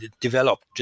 developed